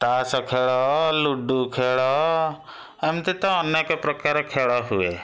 ତାସ ଖେଳ ଲୁଡ଼ୁ ଖେଳ ଏମିତି ତ ଅନେକ ପ୍ରକାର ଖେଳ ହୁଏ